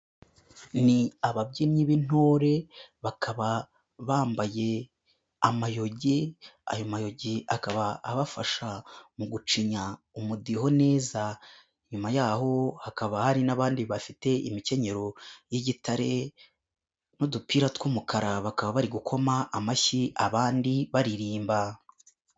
Ni ababyinnyi b'intore bakaba bambaye amayogi, ayo mayogi akaba abafasha mu gucinya umudiho neza. Nyuma yaho hakaba hari n'abandi bafite imikenyero y'igitare n'udupira tw'umukara bakaba bari gukoma amashyi abandi baririmba.